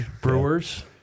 Brewers